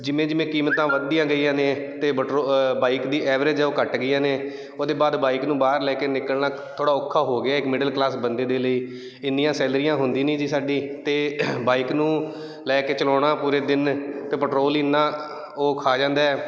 ਜਿਵੇਂ ਜਿਵੇਂ ਕੀਮਤਾਂ ਵੱਧਦੀਆਂ ਗਈਆਂ ਨੇ ਅਤੇ ਪੈਟੋ ਬਾਈਕ ਦੀ ਐਵਰੇਜ ਹੈ ਉਹ ਘੱਟ ਗਈਆਂ ਨੇ ਉਹਦੇ ਬਾਅਦ ਬਾਈਕ ਨੂੰ ਬਾਹਰ ਲੈ ਕੇ ਨਿਕਲਣਾ ਥੋੜ੍ਹਾ ਔਖਾ ਹੋ ਗਿਆ ਇੱਕ ਮਿਡਲ ਕਲਾਸ ਬੰਦੇ ਦੇ ਲਈ ਇੰਨੀਆਂ ਸੈਲਰੀਆਂ ਹੁੰਦੀ ਨਹੀਂ ਜੀ ਸਾਡੀ ਅਤੇ ਬਾਈਕ ਨੂੰ ਲੈ ਕੇ ਚਲਾਉਣਾ ਪੂਰੇ ਦਿਨ ਅਤੇ ਪੈਟਰੋਲ ਇੰਨਾ ਉਹ ਖਾ ਜਾਂਦਾ